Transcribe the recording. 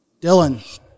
Dylan